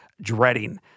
dreading